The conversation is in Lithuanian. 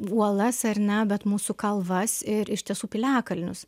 uolas ar ne bet mūsų kalvas ir iš tiesų piliakalnius